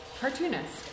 cartoonist